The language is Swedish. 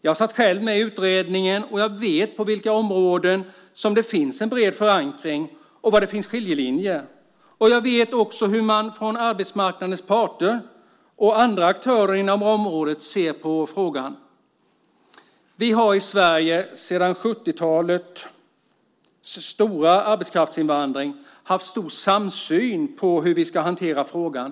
Jag satt själv med i utredningen och vet på vilka områden det finns en bred förankring och var det finns skiljelinjer. Jag vet också hur arbetsmarknadens parter och andra aktörer inom området ser på frågan. Vi har i Sverige sedan 70-talets stora arbetskraftsinvandring haft en stor samsyn kring hur vi ska hantera frågan.